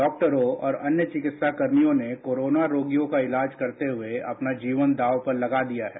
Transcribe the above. डॉक्टरों और अन्य चिकित्सा कर्मियों ने कोरोना रोगियों का इलाज करते हुए अपना जीवन दांव पर लगा दिया है